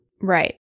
Right